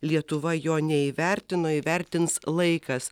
lietuva jo neįvertino įvertins laikas